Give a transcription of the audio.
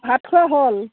ভাত খোৱা হ'ল